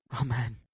Amen